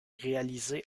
réalisés